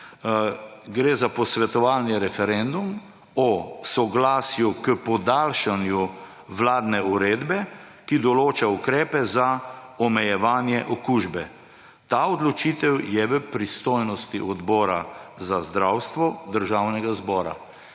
Gre za posvetovalni referendum o soglasju k podaljšanju vladne uredbe, ki določa ukrepe za omejevanje okužbe. Ta odločitev je v pristojnosti Odbora za zdravstvo Državnega zbora.